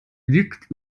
liegt